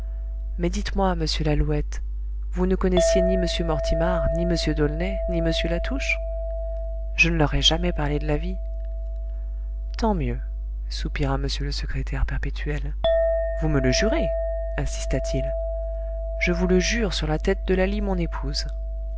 mais dites-moi monsieur lalouette vous ne connaissiez ni m mortimar ni m d'aulnay ni m latouche je ne leur ai jamais parlé de la vie tant mieux soupira m le secrétaire perpétuel vous me le jurez insista t il je vous le jure sur la tête d'eulalie mon épouse